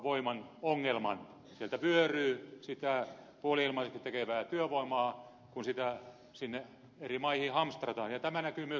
sieltä vyöryy sitä puoli ilmaiseksi tekevää työvoimaa kun sitä sinne eri maihin hamstrataan ja tämä näkyy myös suomessa